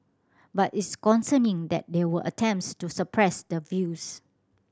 but it's concerning that there were attempts to suppress the views